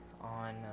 on